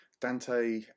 dante